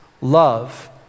love